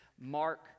Mark